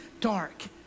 dark